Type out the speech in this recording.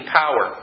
power